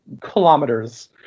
kilometers